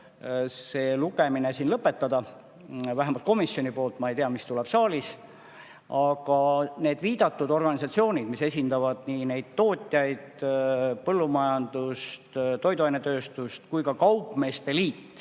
see lugemine siin lõpetada – vähemalt komisjoni poolt, ma ei tea, mis tuleb saalis. Aga need viidatud organisatsioonid, mis esindavad tootjaid, põllumajandust ja toiduainetööstust, ning ka kaupmeeste liit